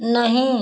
नहीं